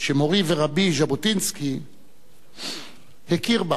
שמורי ורבי ז'בוטינסקי הכיר בה